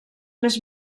més